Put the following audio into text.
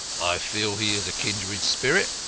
i feel he is a kindred spirit,